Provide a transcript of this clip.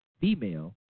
female